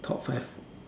top five